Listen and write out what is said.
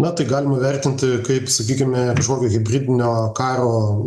na tai galima vertinti kaip sakykime kažkokio hibridinio karo